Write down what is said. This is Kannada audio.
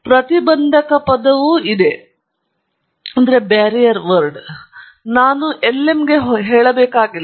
ಪ್ರತಿಬಂಧಕ ಪದವೂ ಇದೆ ಎಂದು ನಾನು lm ಗೆ ಹೇಳಬೇಕಾಗಿಲ್ಲ